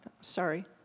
sorry